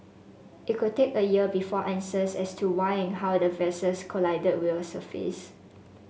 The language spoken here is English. it could take a year before answers as to why and how the vessels collided will surface